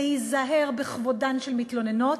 להיזהר בכבודן של מתלוננות.